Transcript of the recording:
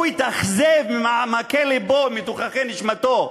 הוא התאכזב ממעמקי לבו, מתוככי נשמתו.